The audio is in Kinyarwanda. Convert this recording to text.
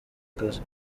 kazi